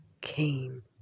came